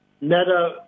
Meta